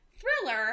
thriller